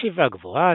ישיבה גבוהה,